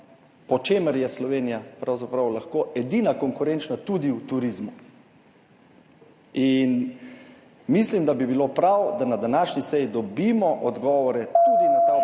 po čemer je Slovenija pravzaprav lahko edina konkurenčna tudi v turizmu. In mislim, da bi bilo prav, da na današnji seji dobimo odgovore tudi na ta vprašanja,